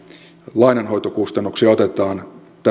lainanhoitokustannuksia otetaan